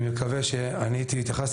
אני מקווה שעניתי והתייחסתי,